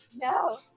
No